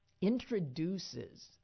introduces